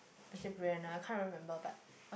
actually I can't remember but